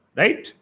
right